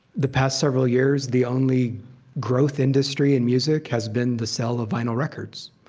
the past several years the only growth industry in music has been the sale of vinyl records.